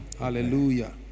hallelujah